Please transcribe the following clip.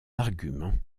argument